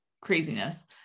craziness